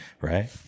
right